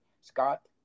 Scott